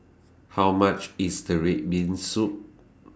How much IS The Red Bean Soup